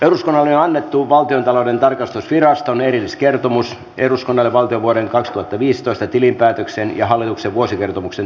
eduskunnalle annettuun valtiontalouden tarkastusviraston erilliskertomus eduskunnalle valtion vuoden kaksituhattaviisitoista tilinpäätöksen ja hallituksen vuosikertomuksen